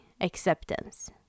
Acceptance